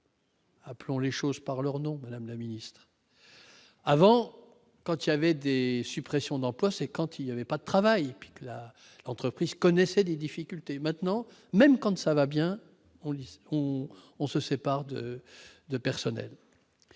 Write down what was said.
Appelons les choses par leur nom, madame la Ministre, avant quand il avait des Z'suppressions d'emplois, c'est quand il y avait pas de travail pique la entreprise connaissait des difficultés maintenant même comme ça va bien, on lit ou on se sépare de de personnel